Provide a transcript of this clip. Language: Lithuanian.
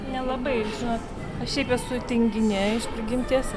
nelabai žinot aš šiaip esu tinginė iš prigimties